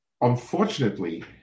unfortunately